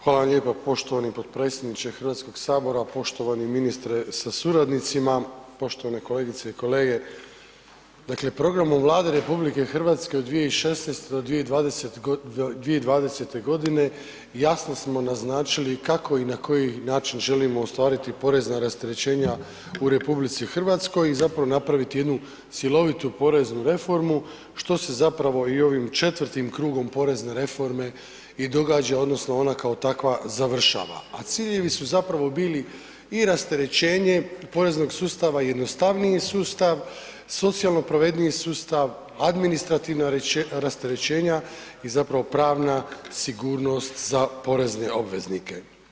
Hvala lijepa poštovani potpredsjedniče HS, poštovani ministre sa suradnicima, poštovane kolegice i kolege, dakle programom Vlade RH od 2016. do 2020.g. jasno smo naznačili kako i na koji način želimo ostvariti porezna rasterećenja u RH i zapravo napraviti jednu silovitu poreznu reformu, što se zapravo i ovim četvrtim krugom porezne reforme i događa odnosno ona kao takva završava, a ciljevi su zapravo bili i rasterećenje poreznog sustava i jednostavniji sustav, socijalno pravedniji sustav, administrativna rasterećenja i zapravo pravna sigurnost za porezne obveznike.